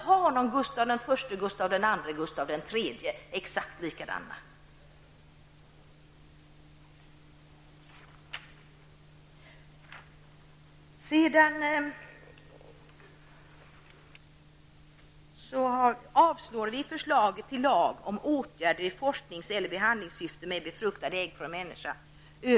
Jag vill inte ha någon Vi avstyrker förslaget till lag om åtgärder i forsknings eller behandlingssyfte med befruktade ägg från människa.